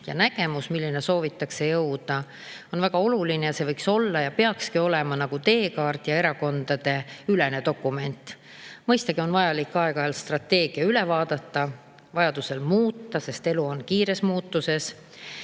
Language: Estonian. ja nägemus, milleni soovitakse jõuda, on väga oluline, ja see võiks olla ja peakski olema nagu teekaart ja erakondadeülene dokument. Mõistagi on aeg-ajalt vajalik strateegia üle vaadata, seda vajadusel muuta, sest elu on kiires muutuses.